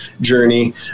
journey